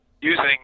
using